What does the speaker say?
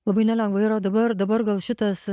labai nelengva yra dabar dabar gal šitas